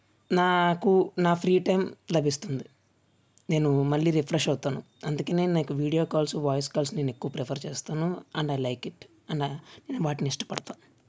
నాకు నా free time లభిస్తుంది నేను మళ్లీ రిఫ్రెష్ అవుతాను అందుకే నేను నాకు వీడియో కాల్స్ వాయిస్ కాల్స్ని నేను ఎక్కువ ప్రిఫర్ చేస్తాను and I like it and వాటిని ఇష్టపడతా